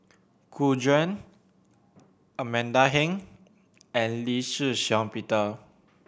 Gu Juan Amanda Heng and Lee Shih Shiong Peter